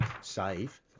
save